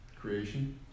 creation